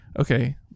okay